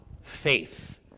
faith